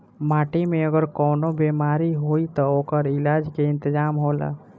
माटी में अगर कवनो बेमारी होई त ओकर इलाज के इंतजाम होला